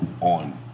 on